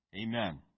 Amen